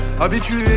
Habitué